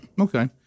okay